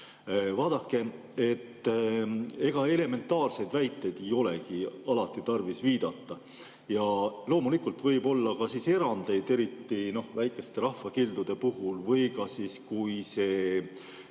Vaadake, ega elementaarsete väidete puhul ei olegi alati tarvis viidata. Ja loomulikult võib-olla ka erandeid, eriti väikeste rahvakildude puhul või ka siis, kui